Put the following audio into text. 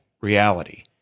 reality